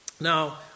Now